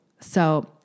So-